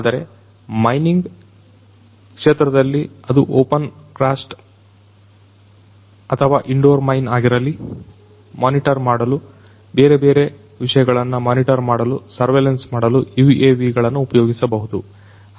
ಆದರೆ ಮೈನಿಂಗ್ ಕ್ಷೇತ್ರದಲ್ಲಿ ಅದು ಓಪನ್ಕಾಸ್ಟ್ ಅಥವಾ ಇಂಡೋರ್ ಮೈನ್ ಆಗಿರಲಿ ಮೊನಿಟರ್ ಮಾಡಲು ಬೇರೆ ಬೇರೆ ವಿಷಯಗಳನ್ನು ಮಾನಿಟರ್ ಮಾಡಲು ಸರ್ವೆಲೆನ್ಸ್ ಮಾಡಲು UAVಗಳನ್ನು ಉಪಯೋಗಿಸಬಹುದು